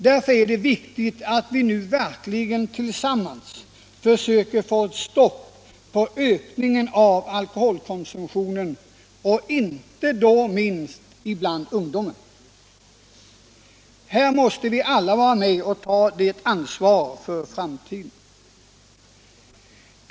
Därför är det viktigt att vi nu verkligen tillsammans försöker få ett stopp på ökningen av alkoholkonsumtionen och då inte minst bland ungdomen. Här måste vi alla vara med och ta ett ansvar för framtiden.